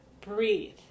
breathe